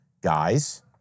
Guys